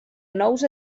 nous